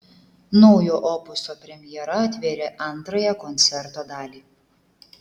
naujo opuso premjera atvėrė antrąją koncerto dalį